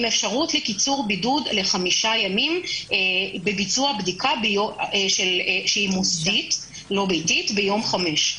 עם אפשרות לקיצור בידוד לחמישה ימים בביצוע בדיקה מוסדית ביום חמש.